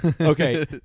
Okay